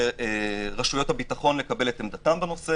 ולרשויות הביטחון לקבל עמדתם בנושא.